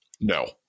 no